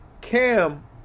Cam